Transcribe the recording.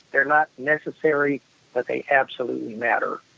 they're not necessary, but they absolutely matter,